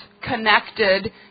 connected